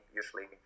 usually